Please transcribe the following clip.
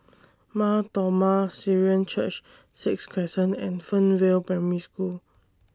Mar Thoma Syrian Church Sixth Crescent and Fernvale Primary School